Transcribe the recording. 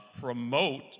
promote